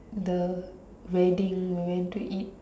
the wedding we went to eat